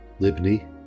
Libni